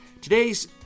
today's